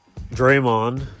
Draymond